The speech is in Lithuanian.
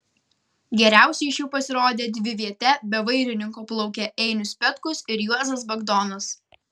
geriausiai iš jų pasirodė dviviete be vairininko plaukę einius petkus ir juozas bagdonas